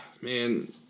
Man